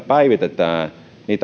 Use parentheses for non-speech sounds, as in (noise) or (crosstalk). (unintelligible) päivitetään